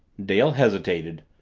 dale hesitated,